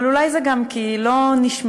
אבל אולי זה גם כי לא נשמעים,